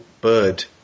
bird